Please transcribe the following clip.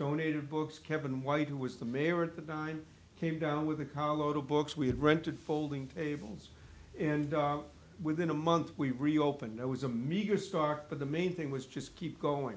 donated books kevin white who was the mayor at the time came down with a carload of books we had rented folding tables and within a month we reopened it was a meager start but the main thing was just keep going